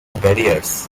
barriers